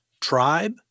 tribe